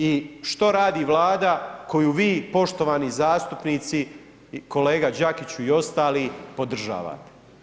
I što radi Vlada koju vi poštovani zastupnici, kolega Đakiću i ostali, podržavate?